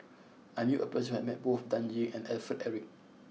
I knew a person who has met both Dan Ying and Alfred Eric